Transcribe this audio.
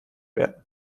werden